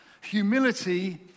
Humility